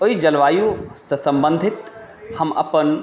ओहि जलवायुसँ सम्बन्धित हम अपन